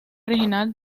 original